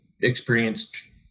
experienced